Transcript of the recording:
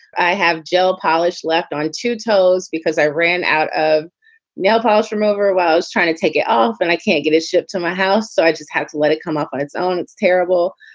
i have gel polish left on two toes because i ran out of nail polish remover while i was trying to take it off and i can't get it shipped to my house, so i just have to let it come off on its own. it's terrible.